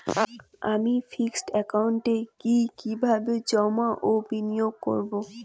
আমি ফিক্সড একাউন্টে কি কিভাবে জমা ও বিনিয়োগ করব?